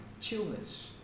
chillness